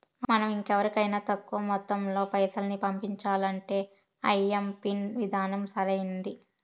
మనం ఇంకెవరికైనా తక్కువ మొత్తంలో పైసల్ని పంపించాలంటే ఐఎంపిన్ విధానం సరైంది